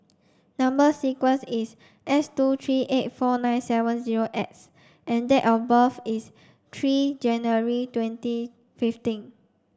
number sequence is S two three eight four nine seven zero X and date of birth is three January twenty fifteen